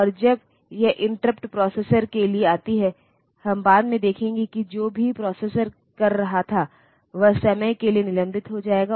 प्रत्येक इंस्ट्रक्शन के लिए एक मेनीमनॉनिक आमतौर पर अक्षरों का समूह होता है जो ऑपरेशन करने का सुझाव देता है